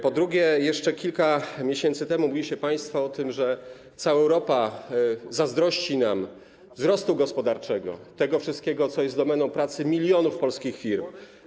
Po drugie, jeszcze kilka miesięcy temu mówiliście państwo o tym, że cała Europa zazdrości nam wzrostu gospodarczego, tego wszystkiego, co jest domeną pracy milionów polskich firm.